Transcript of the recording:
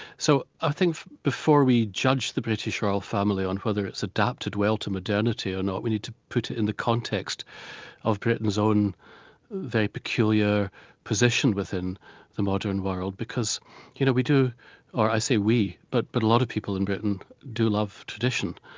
so i think before we judge the british royal family on whether it's adapted well to modernity or not, we need to put it in the context of britain's own very peculiar position within the modern world, because you know we do or i say we, but but a lot of people in britain do love tradition,